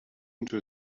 into